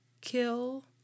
kill